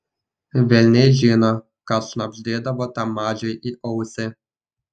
velniai žino ką šnabždėdavo tam mažiui į ausį